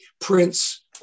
Prince